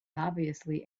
obviously